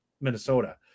Minnesota